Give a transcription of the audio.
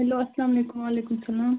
hello اسلامُ علیکم وعلیکُم سَلام